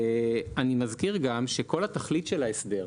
אני מזכיר גם שכל תכלית ההסדר,